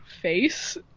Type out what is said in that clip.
face